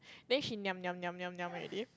then she niam niam niam niam niam already